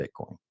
Bitcoin